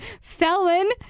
felon